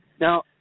Now